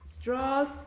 Straws